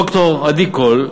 ד"ר עדי קול,